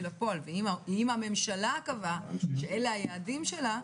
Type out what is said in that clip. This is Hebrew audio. לפועל ואם הממשלה קבעה שאלה היעדים שלה,